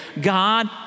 God